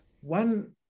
one